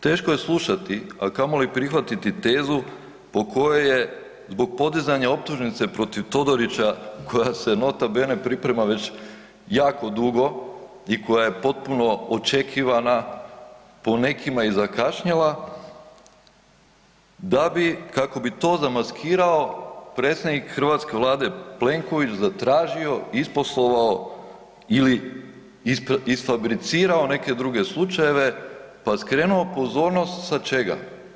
Teško je slušati a kamoli prihvatiti tezu po kojoj je zbog podizanja optužnice protiv Todorića koja se nota bene priprema već jako dugo i koja je potpuno očekivana po nekima i zakašnjela, da bi kako bi to zamaskirao, predsjednik hrvatske Vlade, zatražio, isposlovao ili isfabricirao neke druge slučajeve pa skrenuo pozornost sa čega?